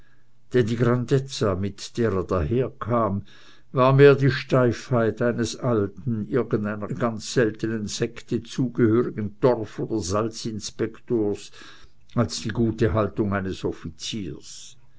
denn die grandezza mit der er daherkam war mehr die steifheit eines alten irgendeiner ganz seltenen sekte zugehörigen torf oder salzinspektors als die gute haltung eines offiziers